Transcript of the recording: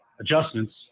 adjustments